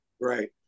Right